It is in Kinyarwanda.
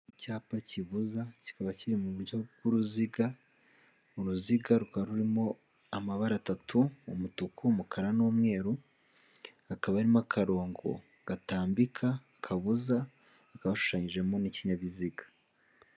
Icyapa kibuza kikaba kiri mu buryo bw'uruziga. Uruziga ruka rurimo amabara atatu umutuku, umukara n'umweru hakaba harimo akakarongo gatambika kabuza hakaba hashushanyijemo n'ikinyabiziga.